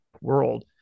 world